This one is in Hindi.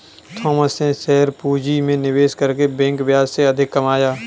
थॉमस ने शेयर पूंजी में निवेश करके बैंक ब्याज से अधिक कमाया